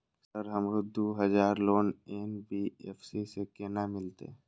Sir हमरो दूय हजार लोन एन.बी.एफ.सी से केना मिलते?